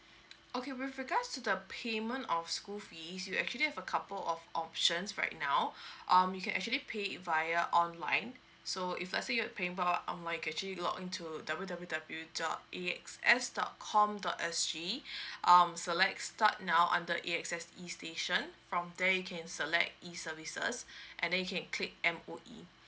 okay with regards to the payment of school fees you actually have a couple of options right now um you can actually pay via online so if let's say you payable um like can actually log into W_W_W dot A_S_X dot com dot S_G um selects start now under A_S_X e station from there you can select e services and then you can click M_O_E